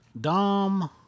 Dom